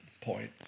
point